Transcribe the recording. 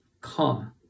Come